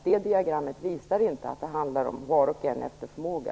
Det diagrammet visar inte att det handlar om var och en efter förmåga.